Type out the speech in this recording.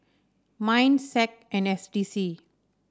Minds SAC and S D C